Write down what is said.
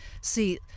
see